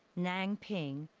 nanping,